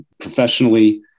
professionally